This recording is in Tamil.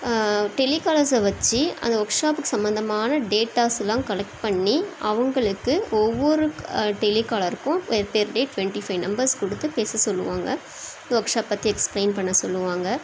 டெலிகாலர்ஸ்ஸை வச்சு அந்த ஒர்க் ஷாப்புக்கு சம்மந்தமான டேட்டாஸ்ஸலாம் கலெக்ட் பண்ணி அவங்களுக்கு ஒவ்வொரு டெலிகாலருக்கும் per per day twenty five numbers கொடுத்து பேச சொல்லுவாங்கள் இந்த ஒர்க் ஷாப் பற்றி எக்ஸ்ப்ளைன் பண்ண சொல்லுவாங்கள்